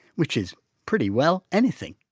which is pretty well anything.